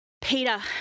Peter